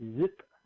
Zip